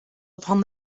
upon